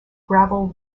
gravel